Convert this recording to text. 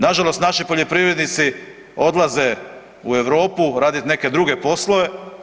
Nažalost naši poljoprivrednici odlaze u Europu radit neke druge poslove.